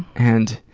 and,